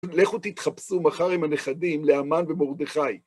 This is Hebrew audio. לכו תתחפשו מחר עם הנכדים לאמן ומרדכי.